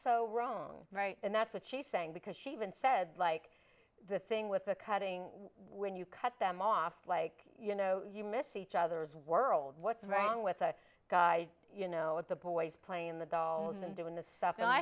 so wrong and that's what she's saying because she even said like the thing with the cutting when you cut them off like you know you miss each other's world what the wrong with a guy you know with the boys playing the doll and doing this stuff and i